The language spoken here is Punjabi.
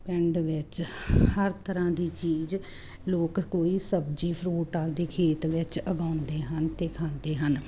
ਪਿੰਡ ਵਿੱਚ ਹਰ ਤਰ੍ਹਾਂ ਦੀ ਚੀਜ਼ ਲੋਕ ਕੋਈ ਸਬਜ਼ੀ ਫਰੂਟ ਆਪਣੇ ਖੇਤ ਵਿੱਚ ਉਗਾਉਂਦੇ ਹਨ ਅਤੇ ਖਾਂਦੇ ਹਨ